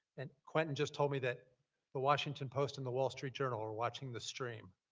and quentin just told me that the washington post and the wall street journal are watching the stream.